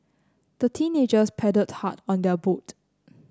the teenagers paddled hard on their boat